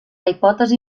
hipòtesi